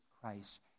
Christ